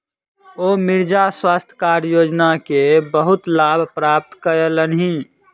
ओ मृदा स्वास्थ्य कार्ड योजना के बहुत लाभ प्राप्त कयलह्नि